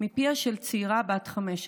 מפיה של צעירה בת 15,